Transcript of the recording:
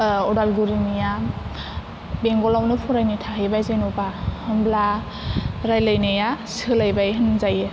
अदालगुरिनिया बेंगलयावनो फरायनो थाहैबाय जेन'बा होनब्ला रायलायनाया सोलायबाय होनजायो